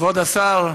כבוד השר,